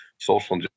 social